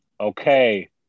Okay